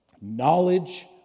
Knowledge